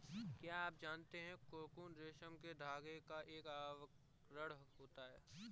क्या आप जानते है कोकून रेशम के धागे का एक आवरण होता है?